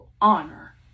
honor